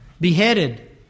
Beheaded